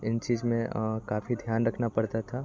इन चीज़ों में काफ़ी ध्यान रखना पड़ता था